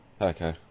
Okay